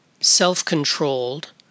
self-controlled